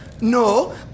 no